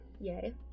Yay